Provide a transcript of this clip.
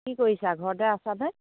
কি কৰিছা ঘৰতে আছানে